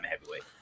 heavyweight